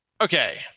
Okay